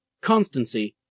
constancy